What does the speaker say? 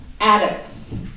addicts